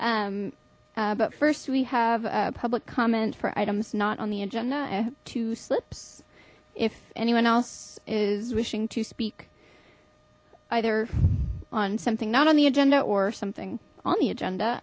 flexibility but first we have a public comment for items not on the agenda a two slips if anyone else is wishing to speak either on something not on the agenda or something on the agenda